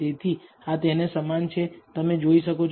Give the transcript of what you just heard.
એથી આ તેને સમાન છે તમે જોઈ શકો છો